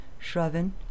Shravan